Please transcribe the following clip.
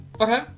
Okay